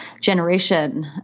generation